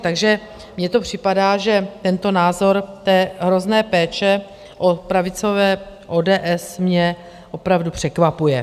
Takže mně připadá, že tento názor té hrozné péče od pravicové ODS mě opravdu překvapuje.